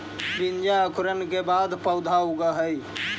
बीजांकुरण के बाद पौधा उगऽ हइ